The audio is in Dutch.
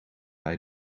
bij